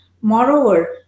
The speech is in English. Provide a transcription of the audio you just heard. Moreover